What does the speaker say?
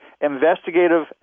investigative